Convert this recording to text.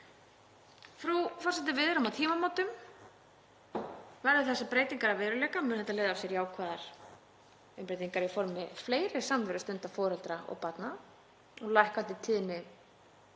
Frú forseti. Við erum á tímamótum. Verði þessar breytingar að veruleika mun það leiða af sér jákvæðar breytingar í formi fleiri samverustunda foreldra og barna og lækkandi tíðni